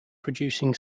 producing